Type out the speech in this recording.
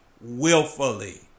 willfully